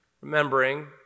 remembering